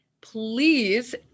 please